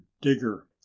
digger